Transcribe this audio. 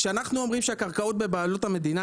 כשאנחנו אומרים שהקרקעות בבעלות המדינה,